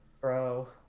bro